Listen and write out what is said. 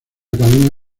academia